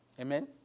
Amen